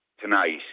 tonight